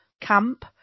camp